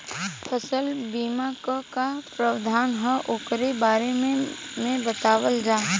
फसल बीमा क का प्रावधान हैं वोकरे बारे में बतावल जा?